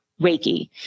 Reiki